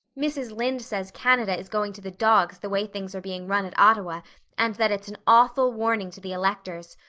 mrs. lynde says canada is going to the dogs the way things are being run at ottawa and that it's an awful warning to the electors.